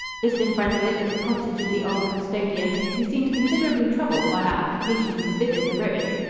just in front of it is the cottage of the old custodian, who seemed considerably troubled by our application to visit the ruins.